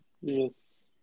Yes